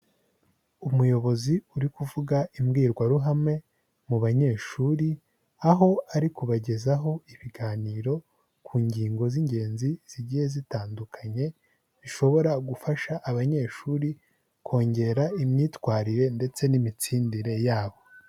Umuyobozi uri kuvuga imbwirwaruhame mu banyeshuri, aho ari kubagezaho ibiganiro ku ngingo z'ingenzi zigiye zitandukanye, zishobora gufasha abanyeshuri kongera imyitwarire ndetse n'imitsindire yabo.